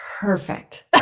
Perfect